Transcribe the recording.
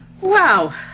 Wow